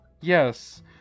Yes